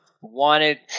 wanted